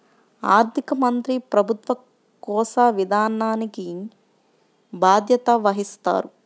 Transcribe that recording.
ఆర్థిక మంత్రి ప్రభుత్వ కోశ విధానానికి బాధ్యత వహిస్తారు